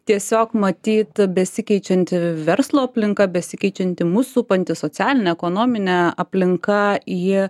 tiesiog matyt besikeičianti verslo aplinka besikeičianti mus supanti socialinė ekonominė aplinka ji